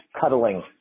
cuddling